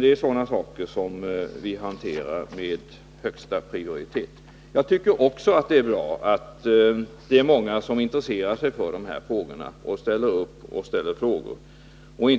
Det är sådana saker som vi hanterar med högsta prioritet. Jag tycker också att det är bra att det är många som intresserar sig för dessa saker och ställer frågor och